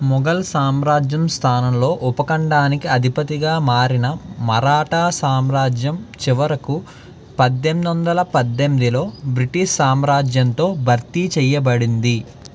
మొఘల్ సామ్రాజ్యం స్థానంలో ఉపఖండానికి అధిపతిగా మారిన మరాఠా సామ్రాజ్యం చివరకు పెద్దెందొందల పద్దెందిలో బ్రిటిష్ సామ్రాజ్యంతో భర్తీ చెయ్యబడింది